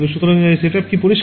সুতরাং set up কি পরিষ্কার